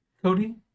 Cody